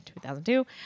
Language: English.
2002